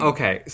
Okay